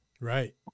right